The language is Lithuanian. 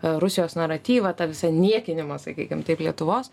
rusijos naratyvą tą visą niekinimą sakykim taip lietuvos